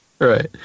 Right